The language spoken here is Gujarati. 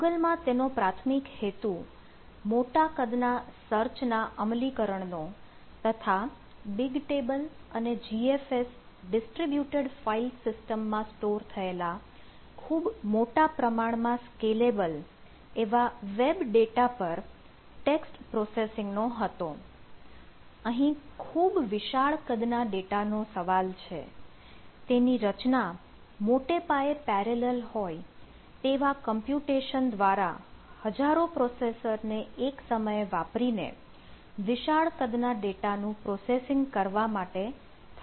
ગૂગલ દ્વારા હજારો પ્રોસેસર એક સમયે વાપરીને વિશાળ કદના ડેટાનું પ્રોસેસિંગ કરવા માટે થયેલ છે